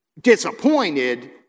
disappointed